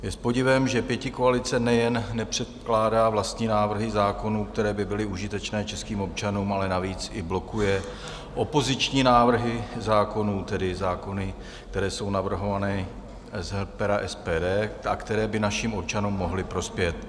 Je s podivem, že pětikoalice nejen nepředkládá vlastní návrhy zákonů, které by byly užitečné českým občanům, ale navíc i blokuje opoziční návrhy zákonů, tedy zákony, které jsou navrhované z pera SPD a které by našim občanům mohly prospět.